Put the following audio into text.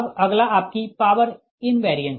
अगला आपकी power invariance है